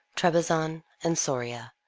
trebizon, and soria,